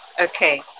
Okay